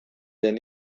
den